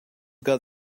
got